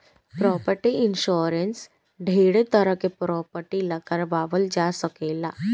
property insurance ढेरे तरह के प्रॉपर्टी ला कारवाल जा सकेला